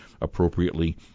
appropriately